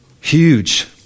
huge